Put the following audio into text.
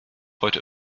heute